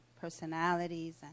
personalities